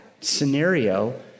scenario